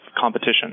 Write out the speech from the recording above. competition